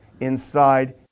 inside